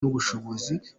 n’ubushobozi